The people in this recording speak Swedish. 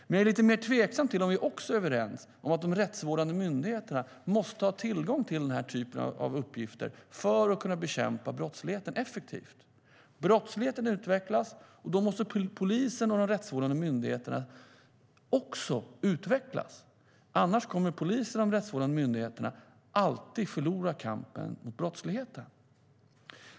Men jag är lite mer tveksam till om vi också är överens om att de rättsvårdande myndigheterna måste ha tillgång till denna typ av uppgifter för att kunna bekämpa brottsligheten effektivt. Brottsligheten utvecklas, och då måste polisen och de rättsvårdande myndigheterna också utvecklas. Annars kommer polisen och de rättsvårdande myndigheterna alltid att förlora kampen mot brottsligheten.